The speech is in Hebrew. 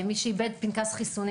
מי שאיבד פנקס חיסונים,